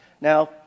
Now